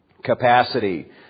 Capacity